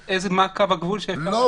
אז מה קו הגבול --- לא.